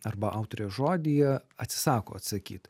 arba autorės žodyje atsisako atsakyt